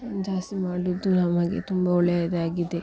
ಜಾಸ್ತಿ ಮಾಡಿದ್ದು ನಮಗೆ ತುಂಬ ಒಳ್ಳೆಯದೇ ಆಗಿದೆ